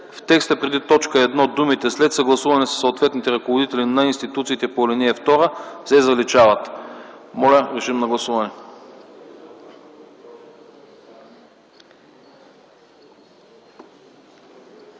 В текста преди т. 1 думите „след съгласуване със съответните ръководители на институциите по ал. 2” се заличават.” Моля, режим на гласуване.